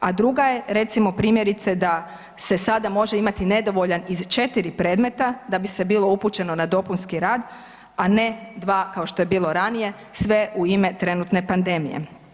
A druga je recimo primjerice da se sada može imati nedovoljan iz 4 predmeta da bi se bilo upućeno na dopunski rad, a ne 2 kao što je bilo ranije sve u ime trenutne pandemije.